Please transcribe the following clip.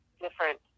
different